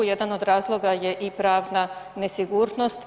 Jedan od razloga je i pravna nesigurnost.